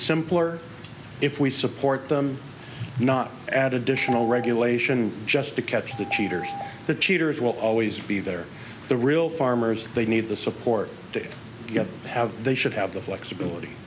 simpler if we support you know that additional regulation just to catch the cheaters the cheaters will always be there the real farmers they need the support to get out they should have the flexibility